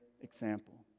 example